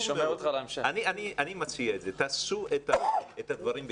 אני מציע שתעשו את הדברים בתוככם,